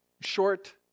short